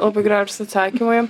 labai gražūs atsakymai